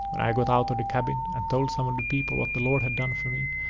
when i got out the the cabin, and told some of the people what the lord had done for me,